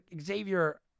Xavier